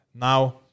Now